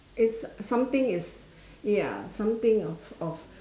it's something it's ya something of of